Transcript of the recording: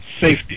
safety